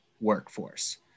workforce